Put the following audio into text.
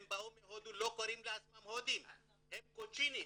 לא קוראים לעצמם הודים, הם קוצ'ינים.